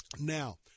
Now